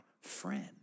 friend